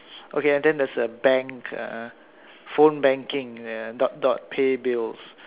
okay and then there is a bank uh phone banking uh dot dot pay bills